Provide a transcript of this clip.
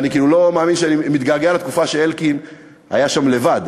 ואני כאילו מאמין שאני מתגעגע לתקופה שאלקין היה שם לבד,